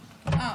רבה,